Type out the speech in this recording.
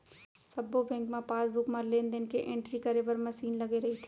सब्बो बेंक म पासबुक म लेन देन के एंटरी करे बर मसीन लगे रइथे